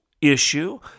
issue